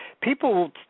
people